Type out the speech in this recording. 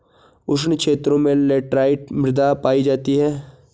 उष्ण क्षेत्रों में लैटराइट मृदा पायी जाती है